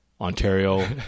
Ontario